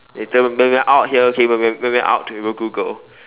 later when we are out here okay when we are when we are out we will Google